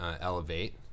Elevate